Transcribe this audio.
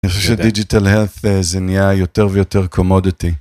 אני חושב שדיג'יטל ... זה זה נהיה יותר ויותר קומודיטי